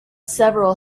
several